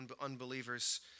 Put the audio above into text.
unbelievers